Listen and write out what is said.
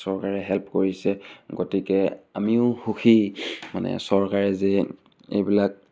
চৰকাৰে হেল্প কৰিছে গতিকে আমিও সুখী মানে চৰকাৰে যে এইবিলাক